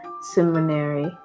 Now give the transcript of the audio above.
seminary